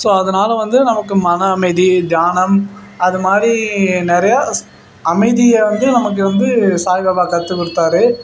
so அதனால் வந்து நமக்கு மன அமைதி தியானம் அது மாதிரி நிறையா ஸ் அமைதியை வந்து நமக்கு வந்து சாய்பாபா கற்றுக் கொடுத்தாரு